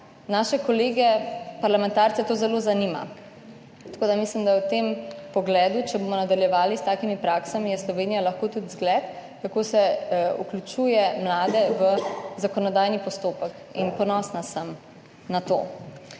naše kolege parlamentarce to zelo zanima. Tako da mislim, da v tem pogledu, če bomo nadaljevali s takimi praksami, je Slovenija lahko tudi zgled, kako se vključuje mlade v zakonodajni postopek. Ponosna sem na to.